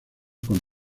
con